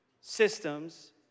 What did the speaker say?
systems